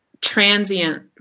transient